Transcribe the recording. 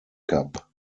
cup